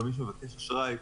כל מי שמבקש אשראי,